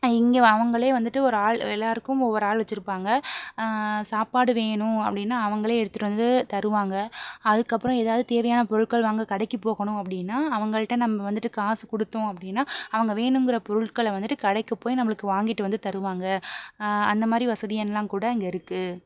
இங்கே அவங்களே வந்துவிட்டு ஒரு ஆள் எல்லாருக்கும் ஒவ்வொரு ஆள் வச்சு இருப்பாங்க சாப்பாடு வேணும் அப்படினா அவங்களே எடுத்துகிட்டு வந்து தருவாங்க அதுக்கு அப்புறம் ஏதாவது தேவையான பொருட்கள் வாங்க கடைக்கு போகணும் அப்படின்னா அவங்கள்ட நம்ம வந்துட்டு காசு கொடுத்தோம் அப்படினா அவங்க வேணுங்கிற பொருட்களை வந்துவிட்டு கடைக்கு போய் நம்பளுக்கு வாங்கிட்டு வந்து தருவாங்க அந்தமாதிரி வசதியெல்லாம் கூட இங்கே இருக்கு